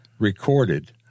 recorded